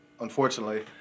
unfortunately